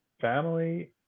family